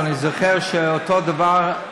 ואני זוכר שאותו דבר,